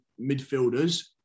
midfielders